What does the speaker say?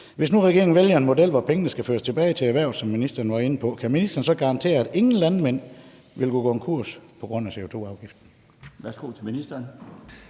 Hvis nu regeringen vælger en model, hvor pengene skal føres tilbage til erhvervet, som ministeren var inde på, kan ministeren så garantere, at ingen landmænd vil gå konkurs på grund af CO2-afgiften?